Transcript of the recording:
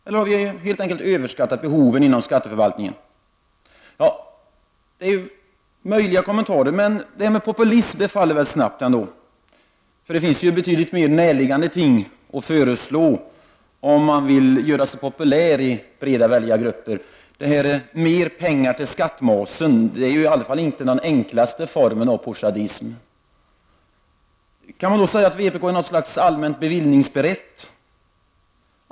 Eller har vpk helt enkelt överskattat behoven i skatteförvaltningen? De är alla möjliga förklaringar. Men frågan om populism faller väl ändå snabbt. Det finns betydligt mer näraliggande ting att föreslå om man vill göra sig populär i breda väljargrupper. Mer pengar till skattmasen är i alla fall inte den enklaste formen av poujadism. Kan man då säga att vpk i allmänhet är mer ”bevillningsberett” än andra partier?